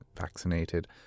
vaccinated